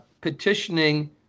petitioning